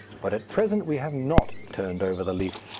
but at present we have not turned over the leaf.